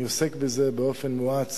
אני עוסק בזה באופן מואץ